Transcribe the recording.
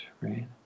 right